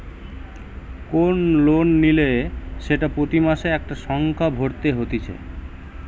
কোন লোন নিলে সেটা প্রতি মাসে একটা সংখ্যা ভরতে হতিছে